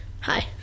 Hi